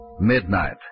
Midnight